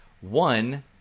One